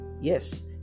Yes